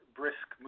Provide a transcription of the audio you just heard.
brisk